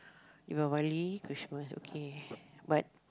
Deepavali Christmas okay but